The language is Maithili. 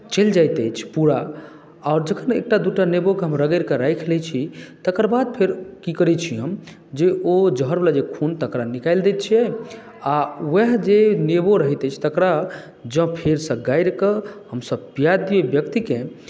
चलि जाइत अछि पूरा आओर जखन हम एकटा दू टा नेबोके हम रगड़ि कऽ राखि लैत छी तकर बाद फेर की करैत छी हम जे ओ जहरवला जे खून तकरा निकालि दैत छियै आओर उएह जे नेबो रहैत अछि तकरा जँ फेरसँ गाड़ि कऽ हमसभ पिया दियै ओहि व्यक्तिके